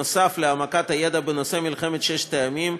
נוסף על העמקת הידע בנושא מלחמת ששת הימים,